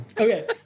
Okay